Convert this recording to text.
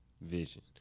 vision